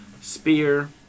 Spear